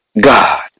God